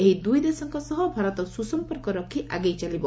ଏହି ଦୁଇ ଦେଶଙ୍କ ସହ ଭାରତ ସୁସମ୍ପର୍କ ରଖି ଆଗେଇ ଚାଲିବ